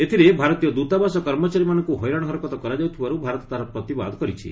ଏଥିରେ ଭାରତୀୟ ଦୂତାବାସ କର୍ମଚାରୀମାନଙ୍କୁ ହଇରାଣ ହରକତ କରାଯାଉଥିବାରୁ ଭାରତ ତାହାର ପ୍ରତିବାଦ କରିଛି